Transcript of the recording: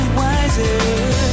wiser